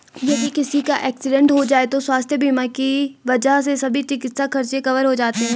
यदि किसी का एक्सीडेंट हो जाए तो स्वास्थ्य बीमा की वजह से सभी चिकित्सा खर्च कवर हो जाते हैं